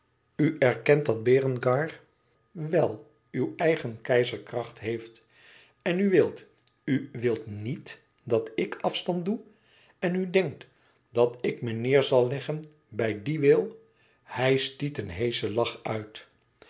erkent dat berengar wel uw eigen keizerkracht heeft en u wilt u wilt niet dat ik afstand doe en u denkt dat ik me neêr zal leggen bij dien wil hij stiet een heeschen lach uit